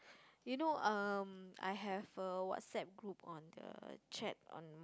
you know um I have a WhatsApp group on the chat on